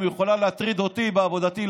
אם היא יכולה להטריד אותי בעבודתי,